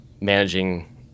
managing